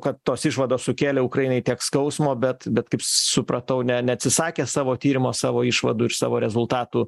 kad tos išvados sukėlė ukrainai tiek skausmo bet bet kaip supratau ne neatsisakė savo tyrimo savo išvadų ir savo rezultatų